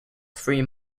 three